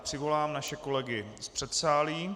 Přivolám naše kolegy z předsálí.